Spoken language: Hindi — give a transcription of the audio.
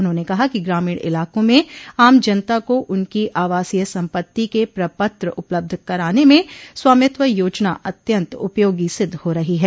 उन्होंने कहा कि ग्रामीण इलाकों में आम जनता को उनकी आवासीय सम्पत्ति के प्रपत्र उपलब्ध कराने में स्वामित्व योजना अत्यन्त उपयोगी सिद्ध हो रही है